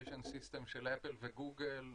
Notification System של אפל וגוגל הן: